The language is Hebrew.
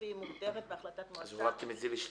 והיא מוגדרת בהחלטת מועצה --- אז הורדתם את זה לשליש?